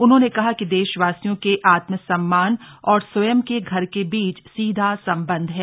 उन्होंने कहा कि देशवासियों के आत्म सम्मान और स्वयं के घर के बीच सीधा संबंध है